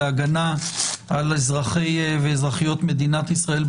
להגנה על אזרחי ואזרחיות מדינת ישראל,